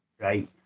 right